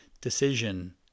Decision